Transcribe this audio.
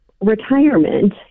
retirement